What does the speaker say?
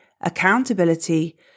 accountability